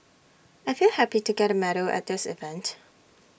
I feel happy to get medal at this event